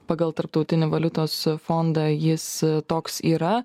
pagal tarptautinį valiutos fondą jis toks yra